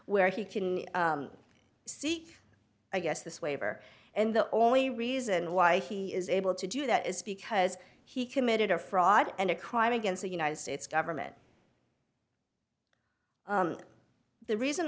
where he can seek i guess this waiver and the only reason why he is able to do that is because he committed a fraud and a crime against a united states government the reason